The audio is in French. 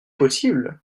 possible